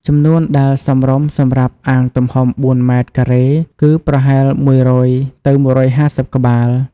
ចំនួនដែលសមរម្យសម្រាប់អាងទំហំ ៤ ម៉ែត្រការ៉េគឺប្រហែល ១០០ ទៅ ១៥០ ក្បាល។